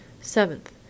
Seventh